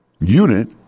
unit